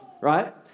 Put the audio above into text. right